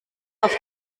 auf